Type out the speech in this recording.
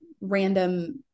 random